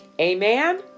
Amen